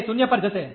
એ 0 પર જશે